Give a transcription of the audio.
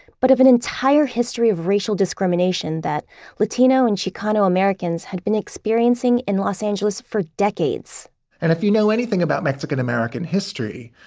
but of an entire history of racial discrimination that latino and chicano americans had been experiencing in los angeles for decades and if you know anything about mexican american history,